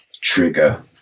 trigger